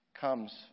comes